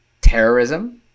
Terrorism